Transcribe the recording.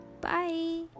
Bye